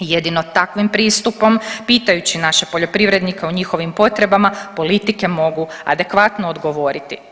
Jedino takvim pristupom pitajući naše poljoprivrednike o njihovim potrebama politike mogu adekvatno odgovoriti.